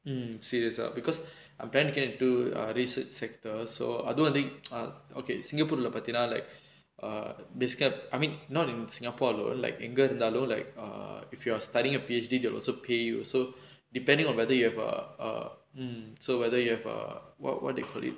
I'm serious because I'm trying to get into research sector so அது வந்து:athu vanthu err okay singapore leh பாத்தினா:paathinaa like basic ah I mean not in singapore like எங்க இருந்தாலும்:enga iruthaalum if you are studying a P_H_D they will also pay you so depending on whether you have err err so whether you have err what what do you call it